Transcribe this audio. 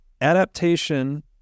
Adaptation